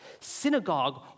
Synagogue